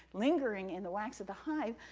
lingering in the wax of the hive,